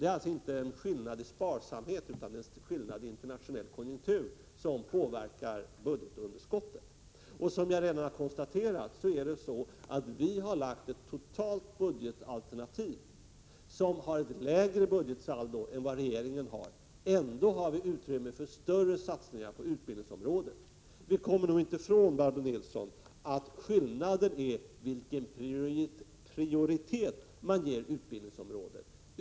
Det är således inte en skillnad i sparsamhet, utan det är en 29 skillnad i internationell konjunktur som har påverkat budgetunderskottet. Vi har lagt fram ett totalt budgetalternativ, som har ett lägre saldo än regeringens budget. Ändå medger vårt alternativ utrymme för större satsningar på utbildningsområdet. Man kommer nog inte ifrån, Barbro Nilsson, att skillnaden ligger i vilken prioritet man ger utbildningsområdet.